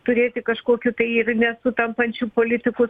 turėti kažkokių tai ir nesutampančių politikus